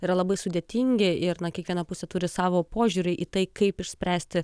yra labai sudėtingi ir kiekviena pusė turi savo požiūrį į tai kaip išspręsti